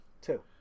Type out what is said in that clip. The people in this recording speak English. Two